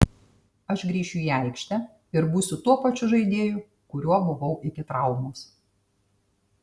aš grįšiu į aikštę ir būsiu tuo pačiu žaidėju kuriuo buvau iki traumos